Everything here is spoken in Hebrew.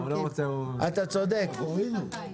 אתה צודק.